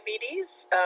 diabetes